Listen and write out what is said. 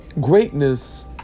Greatness